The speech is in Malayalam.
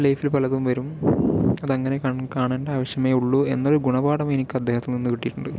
ലൈഫിൽ പലതും വരും അതങ്ങനെ കാണ കാണണ്ട ആവശ്യമേ ഉള്ളൂ എന്നൊരു ഗുണപാഠം എനിക്ക് അദ്ദേഹത്തിൽ നിന്ന് കിട്ടിയിട്ടുണ്ട്